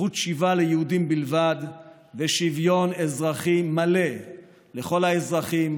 זכות שיבה ליהודים בלבד ושוויון אזרחי מלא לכל האזרחים,